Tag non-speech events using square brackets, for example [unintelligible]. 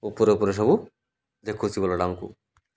ଉପରେ ଉପରେ ସବୁ ଦେଖୁଛି [unintelligible]